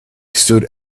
stood